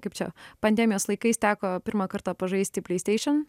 kaip čia pandemijos laikais teko pirmą kartą pažaisti pleaisteišn